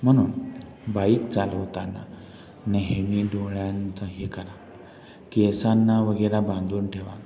म्हणून बाईक चालवताना नेहमी डोळ्यांचं हे करा केसांना वगैरा बांधून ठेवा